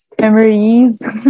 Memories